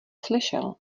slyšel